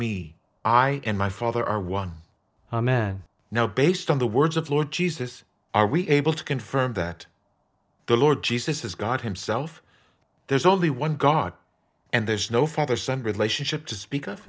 me i and my father are one men now based on the words of lord jesus are we able to confirm that the lord jesus is god himself there's only one god and there's no father son relationship to speak of